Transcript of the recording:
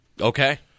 Okay